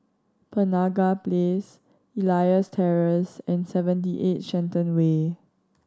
Penaga Place Elias Terrace and Seventy Eight Shenton Way